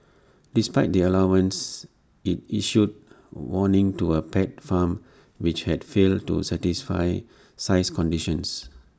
despite the allowance IT issued A warning to A pet farm which had failed to satisfy size conditions